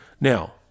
Now